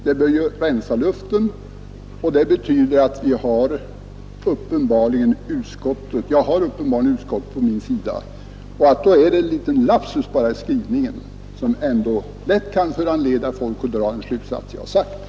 Det bör rensa luften, och det betyder uppenbarligen att jag har utskottet på min sida. Det har alltså bara skett en liten lapsus i skrivningen, som ändå lätt kan föranleda folk att dra den slutsats jag har påtalat.